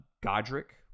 godric